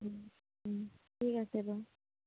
ঠিক আছে বাৰু